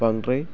बांद्राय